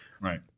right